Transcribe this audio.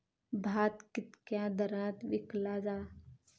भात कित्क्या दरात विकला जा?